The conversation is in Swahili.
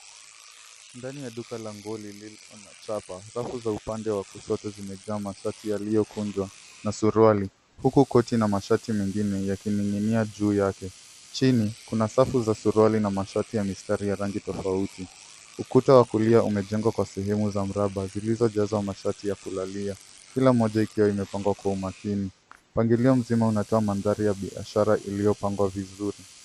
Ndani ya duka la nguo lililo na chapa rafu za nguo zimejaa mashati yaliyokunjwa na suruali huku koti na mashati mengine yakining'inia juu yake. Chini kuna safu za suruali na mashati ya mistari ya rangi tofauti. Ukuta wa kulia umejengwa kwa sehemu za mraba zilizojazwa mashati ya kulalia kila moja ikiwa imepangwa kwa umakini. Mpangilio mzima unatoa mandhari ya biashara uliopangwa vizuri.